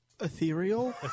Ethereal